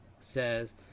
says